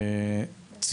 שלום לכולם,